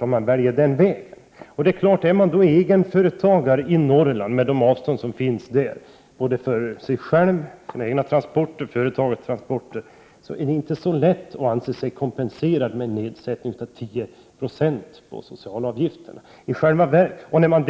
om man vill välja den vägen. Är det då fråga om en egenföretagare i Norrland — med de avstånd som finns där när det gäller egna transporter och företagets transporter — är det inte så lätt att anse sig vara kompenserad, om socialavgifterna sänks med 10 960.